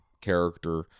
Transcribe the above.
character